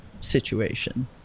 situation